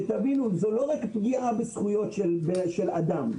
שתבינו, זו לא רק פגיעה בזכויות של אדם,